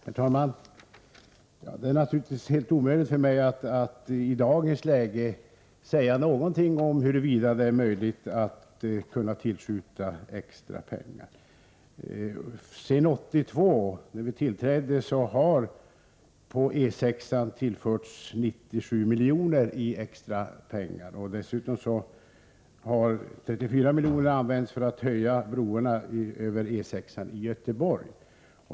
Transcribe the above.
Herr talman! Det är naturligtvis helt omöjligt för mig att i dagens läge säga någonting om huruvida det är möjligt att tillskjuta extra pengar. Sedan 1982, när vi tillträdde, har E 6-an tillförts 97 miljoner i extra pengar. Dessutom har 34 miljoner använts för att höja broarna över E 6-an i Göteborg.